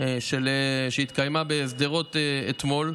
שהתקיימה בשדרות אתמול,